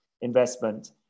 investment